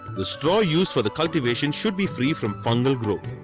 the straw used for the cultivation should be free from fungal growth.